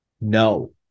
no